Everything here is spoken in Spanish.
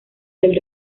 del